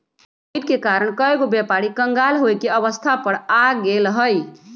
Covid के कारण कएगो व्यापारी क़ँगाल होये के अवस्था पर आ गेल हइ